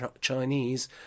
Chinese